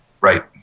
Right